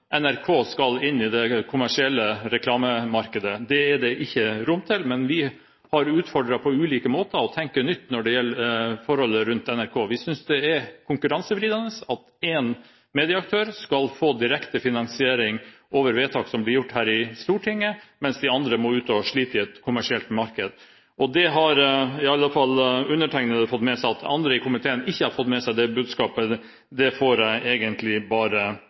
NRK skal inn i det kommersielle reklamemarkedet. Det er det ikke rom for, men vi har på ulike måter utfordret til å tenke nytt når det gjelder forholdet rundt NRK. Vi synes det er konkurransevridende at én medieaktør skal få direkte finansiering etter vedtak som blir gjort her i Stortinget, mens de andre må ut og slite i et kommersielt marked. Undertegnede har i alle fall fått med seg at andre i komiteen ikke har fått med seg det budskapet – det får jeg bare